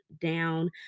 down